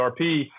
RP